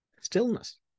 stillness